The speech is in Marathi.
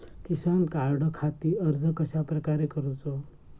किसान कार्डखाती अर्ज कश्याप्रकारे करूचो?